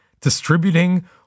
distributing